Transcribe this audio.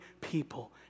people